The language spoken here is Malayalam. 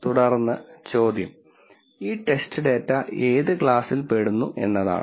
തുടർന്ന് ചോദ്യം ഈ ടെസ്റ്റ് ഡാറ്റ ഏത് ക്ലാസിൽ പെടുന്നു എന്നതാണ്